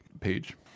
page